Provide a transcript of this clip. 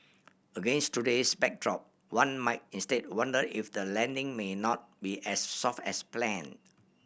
against today's backdrop one might instead wonder if the landing may not be as soft as planned